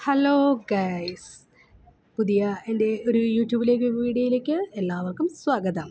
hello guys പുതിയ എന്റെ ഒരു യൂ റ്റൂബിലേക്ക് വീഡിയോയിലേക്ക് എല്ലാവർക്കും സ്വാഗതം